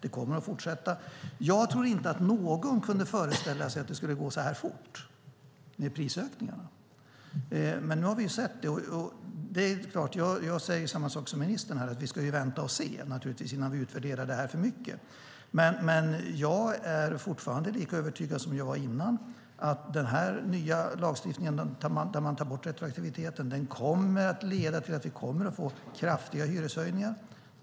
Det kommer att fortsätta. Jag tror inte att någon kunde föreställa sig att det skulle gå så här fort med prisökningarna. Men nu har vi sett det. Jag säger samma sak som ministern: Vi ska naturligtvis vänta och se och inte utvärdera det för mycket. Men jag är fortfarande lika övertygad som jag var innan om att den nya lagstiftningen, där man tar bort retroaktiviteten, kommer att leda till kraftiga hyreshöjningar.